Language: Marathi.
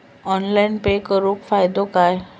ऑनलाइन पे करुन फायदो काय?